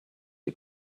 you